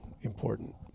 important